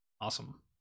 Awesome